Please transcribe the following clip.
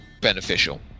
beneficial